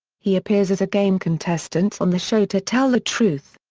he appears as a game contestant on the show to tell the truth.